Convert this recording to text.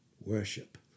Worship